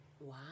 Wow